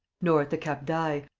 nor at the cap d'ail,